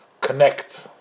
connect